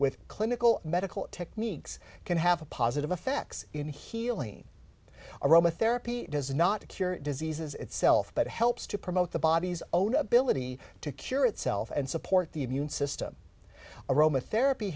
with clinical medical techniques can have a positive effects in healing aroma therapy does not to cure diseases itself but helps to promote the body's own ability to cure itself and support the immune system aroma therapy